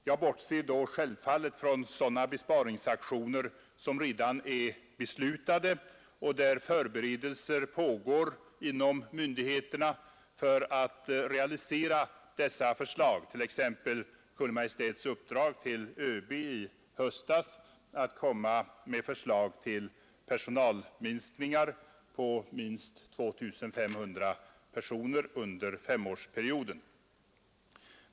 Jag bortser då självfallet från sådana besparingsaktioner som redan är beslutade och sådana för vilka förberedelser pågår inom myndigheterna, t.ex. Kungl. Maj:ts uppdrag till ÖB i höstas att komma med förslag till personalminskningar på minst 2 500 personer under femårsperioden.